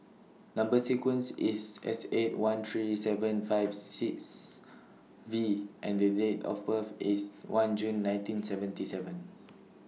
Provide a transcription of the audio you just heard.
Number sequence IS S eight one three four seven five six V and Date of birth IS one June nineteen seventy seven